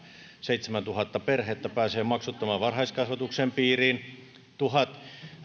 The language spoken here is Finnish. seitsemäntuhatta perhettä pääsee maksuttoman varhaiskasvatuksen piiriin